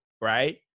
right